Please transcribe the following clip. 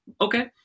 Okay